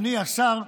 אדוני השר,